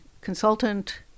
consultant